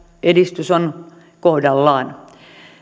edistys on kohdallaan